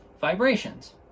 vibrations